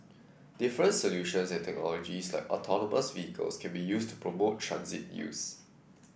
different solutions and technologies like autonomous vehicles can be used to promote transit use